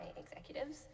executives